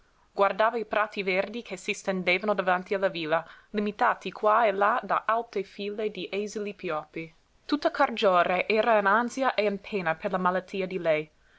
guardava i prati verdi che si stendevano davanti alla villa limitati qua e là da alte file di esili pioppi tutta cargiore era in ansia e in pena per la malattia di lei